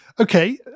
Okay